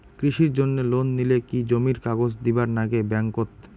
কৃষির জন্যে লোন নিলে কি জমির কাগজ দিবার নাগে ব্যাংক ওত?